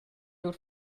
lur